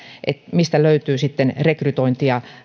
mistä löytyy sitten rekrytointia